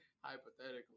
hypothetically